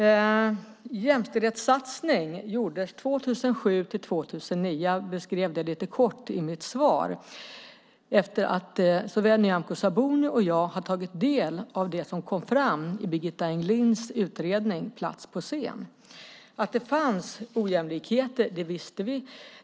En jämställdhetssatsning gjordes 2007-2009 efter att både Nyamko Sabuni och jag hade tagit del av det som kom fram i Birgitta Englins utredning Plats på scen . Jag beskrev det lite kort i mitt svar. Att det fanns ojämlikheter visste vi.